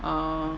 orh